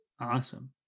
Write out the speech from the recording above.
Awesome